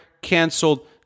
canceled